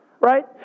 right